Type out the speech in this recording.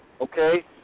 Okay